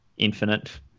infinite